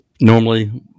normally